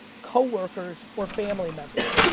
co-workers, or family members,